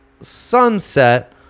sunset